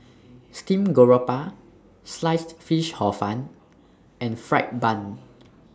Steamed Garoupa Sliced Fish Hor Fun and Fried Bun